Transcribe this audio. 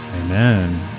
Amen